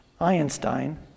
Einstein